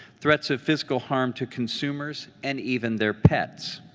threats of physical harm to consumers and even their pets.